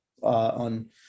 on